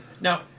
Now